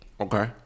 Okay